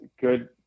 good